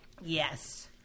Yes